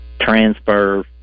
transfer